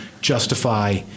justify